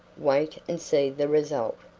wait and see the result.